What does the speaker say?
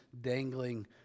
dangling